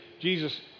Jesus